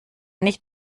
nicht